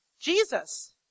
Jesus